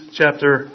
chapter